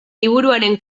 liburuaren